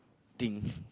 things